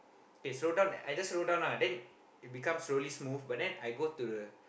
k slow down I just slow down lah then it become slowly smooth but then I go to the